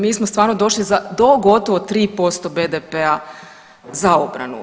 Mi smo stvarno došli do gotovo 3% BDP-a za obranu.